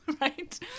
Right